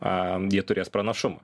am jie turės pranašumą